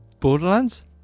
Borderlands